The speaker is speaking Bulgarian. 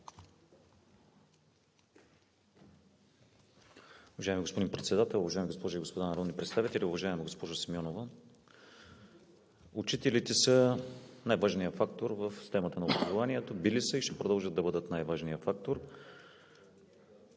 Уважаеми господин Председател, уважаеми госпожи и господа народни представители! Уважаема госпожо Симеонова, учителите са най-важният фактор в системата на образованието, били са и ще продължат да бъдат най-важният фактор,